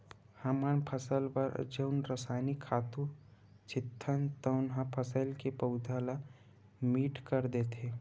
हमन फसल बर जउन रसायनिक खातू छितथन तउन ह फसल के पउधा ल मीठ कर देथे